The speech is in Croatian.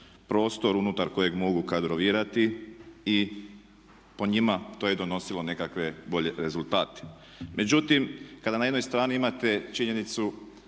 prostor unutar kojeg mogu kadrovirati i po njima to je donosilo nekakve bolje rezultate. Međutim, kada na jednoj strani imate činjenicu